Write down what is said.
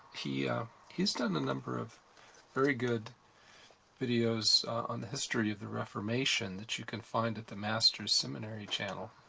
he's he's done a number of very good videos on the history of the reformation that you can find at the masters seminary channel.